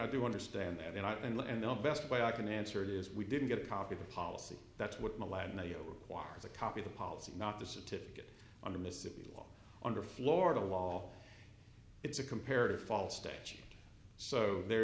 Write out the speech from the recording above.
i do understand that and i and the best way i can answer it is we didn't get a copy of the policy that's what millennial requires a copy the policy not the certificate on the mississippi law under florida law it's a comparative fall stage so there